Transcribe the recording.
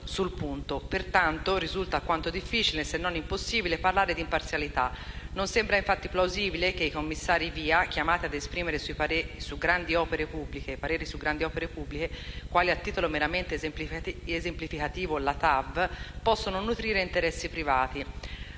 Pertanto, risulta alquanto difficile, se non impossibile, parlare d'imparzialità. Non sembra, infatti, plausibile che i commissari VIA, chiamati ad esprimere i pareri su grandi opere pubbliche, quali - a titolo meramente esemplificativo - la TAV, possano nutrire interessi privati.